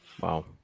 Wow